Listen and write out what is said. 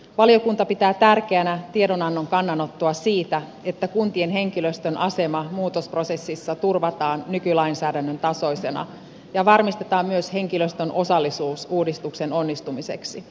valiokunta pitää tärkeänä tiedonannon kannanottoa siitä että kuntien henkilöstön asema muutosprosessissa turvataan nykylainsäädännön tasoisena ja varmistetaan myös henkilöstön osallisuus uudistuksen onnistumiseksi